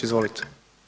Izvolite.